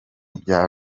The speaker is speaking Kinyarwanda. bya